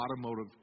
automotive